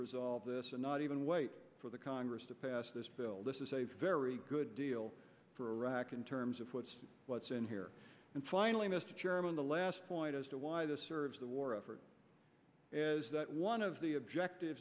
resolve this and not even wait for the congress to pass this bill this is a very good deal for iraq in terms of what's what's in here and finally mr chairman the last point as to why this serves the war effort is that one of the objective